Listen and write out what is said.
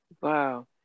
Wow